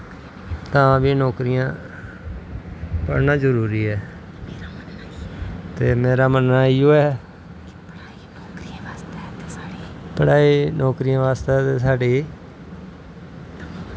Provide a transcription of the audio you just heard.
तां बी नौकरियां पढ़नां जरूरी ऐ ते मेरी मन्नां इयो ऐ कि पढ़ाई नौकरियां बास्ते साढ़ी